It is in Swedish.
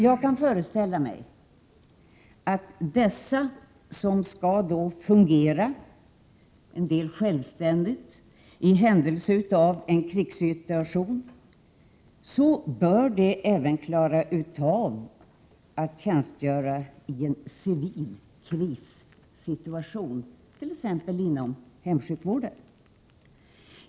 Jag kan föreställa mig att dessa pojkar som skall fungera i händelse av en krigssituation, till viss del självständigt, även bör klara av att tjänstgöra i en civil krissituation, t.ex. inom hemsjukvården.